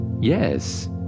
yes